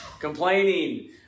complaining